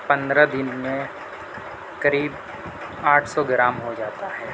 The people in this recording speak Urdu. پندرہ دن میں قریب آٹھ سو گرام ہو جاتا ہے